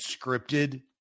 scripted